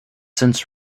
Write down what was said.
since